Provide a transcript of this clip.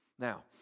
Now